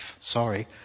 Sorry